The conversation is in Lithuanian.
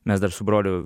mes dar su broliu